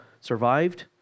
survived